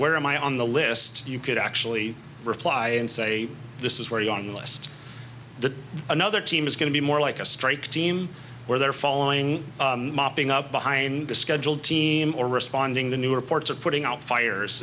where am i on the list you could actually reply and say this is where the on the list the another team is going to be more like a strike team where they're following mopping up behind the scheduled team or responding to new reports of putting out fires